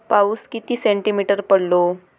पाऊस किती सेंटीमीटर पडलो?